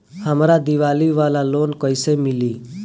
हमरा दीवाली वाला लोन कईसे मिली?